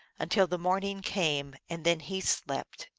until the morning came, and then he slept.